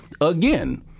again